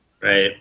Right